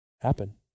happen